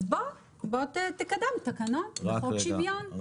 בוא תקדם תקנות בחוק שוויון,